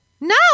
No